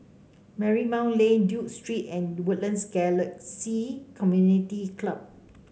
Marymount Lane Duke Street and Woodlands Galaxy Community Club